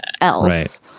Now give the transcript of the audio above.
else